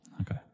Okay